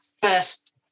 first